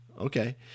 Okay